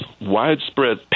widespread